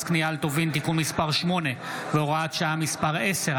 קנייה על טובין (תיקון מס' 8 והוראת שעה מס' 10),